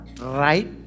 right